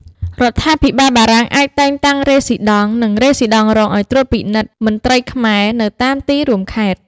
រដ្ឋាភិបាលបារាំងអាចតែងតាំងរេស៊ីដង់ និងរេស៊ីដង់រងឱ្យត្រួតពិនិត្យមន្ត្រីខ្មែរនៅតាមទីរួមខេត្ត។